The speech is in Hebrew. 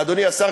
אדוני השר,